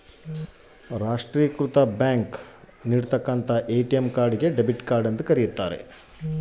Debit card ಅಂದ್ರೇನು?